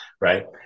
right